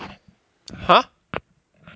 !huh!